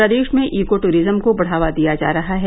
प्रदेश में eco tourism को बढ़ावा दिया जा रहा है